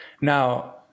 Now